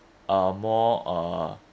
uh more uh